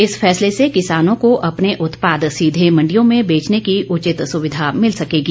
इस फैसले से किसानों को अपने उत्पाद सीधे मंडियों में बेचने की उचित सुविधा मिल सकेगी